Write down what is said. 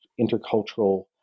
intercultural